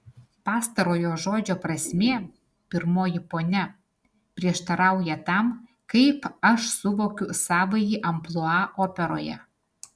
pastarojo žodžio prasmė pirmoji ponia prieštarauja tam kaip aš suvokiu savąjį amplua operoje